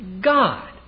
God